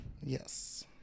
Yes